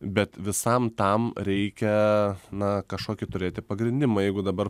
bet visam tam reikia na kažkokį turėti pagrindimą jeigu dabar